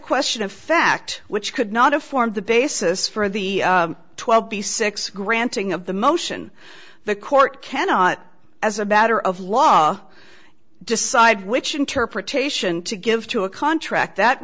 question of fact which could not have formed the basis for the twelve b six granting of the motion the court cannot as a batter of law decide which interpretation to give to a contract that